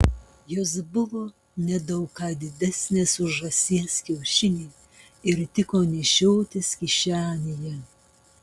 jos buvo ne daug ką didesnės už žąsies kiaušinį ir tiko nešiotis kišenėje